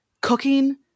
cooking